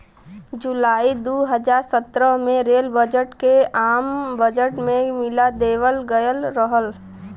जुलाई दू हज़ार सत्रह में रेल बजट के आम बजट में मिला देवल गयल रहल